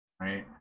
right